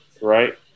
right